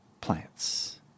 Plants